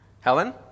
Helen